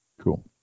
Cool